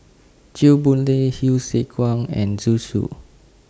Chew Boon Lay Hsu Tse Kwang and Zhu Xu